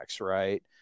right